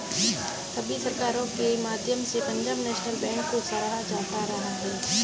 सभी सरकारों के माध्यम से पंजाब नैशनल बैंक को सराहा जाता रहा है